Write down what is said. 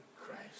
Christ